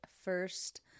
first